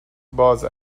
باز